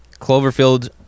Cloverfield